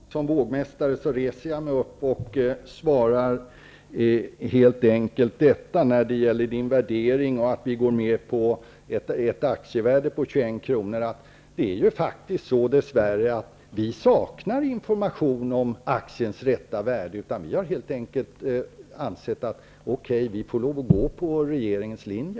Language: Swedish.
Herr talman! Som vågmästare reser jag mig upp och svarar helt enkelt följande. När det gäller Johan Lönnroths värdering och att vi går med på ett aktievärde på 21 kr. är saken den att vi dess värre saknar information om aktiernas rätta värde. Vi har helt enkelt ansett att vi får lov att följa regeringens linje.